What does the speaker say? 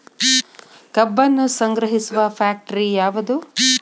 ಕಬ್ಬನ್ನು ಸಂಗ್ರಹಿಸುವ ಫ್ಯಾಕ್ಟರಿ ಯಾವದು?